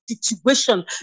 situation